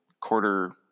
quarter